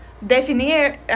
definir